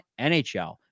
NHL